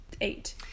eight